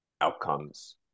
outcomes